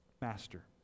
master